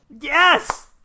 Yes